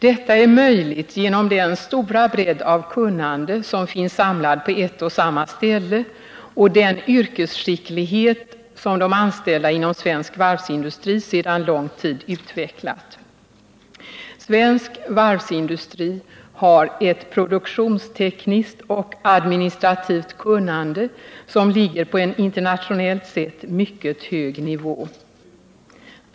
Detta är möjligt genom den stora bredd av kunnande som finns samlad på ett och samma ställe och den yrkesskicklighet som de anställda inom svensk varvsindustri sedan lång tid utvecklat. Svensk varvsindustri har ett produktionstekniskt och administrativt kunnande som ligger på en internationellt sett mycket hög nivå.